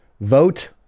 vote